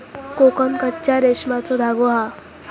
कोकन कच्च्या रेशमाचो धागो हा